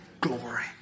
Glory